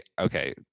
okay